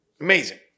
Amazing